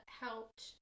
helped